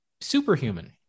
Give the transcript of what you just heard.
superhuman